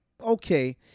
okay